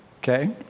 Okay